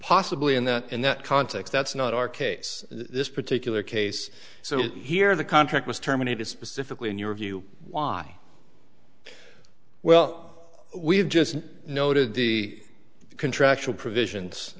possibly and in that context that's not our case this particular case so here the contract was terminated specifically in your view why well we've just noted the contractual provisions